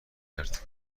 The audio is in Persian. کرد